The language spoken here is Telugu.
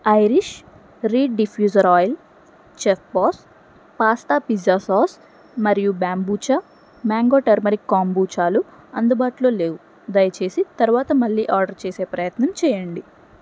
Irish reed diffuser oil chef boss pasta pizza sauce మరియు బాంబుచా మ్యాంగో టర్మరిక్ కాంబూచాలు అందుబాటులో లేవు దయచేసి తరువాత మళ్ళీ ఆర్డర్ చేసే ప్రయత్నం చేయండి